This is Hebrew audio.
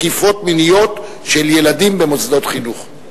תקיפות מיניות של ילדים במוסדות חינוך.